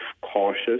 cautious